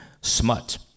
Smut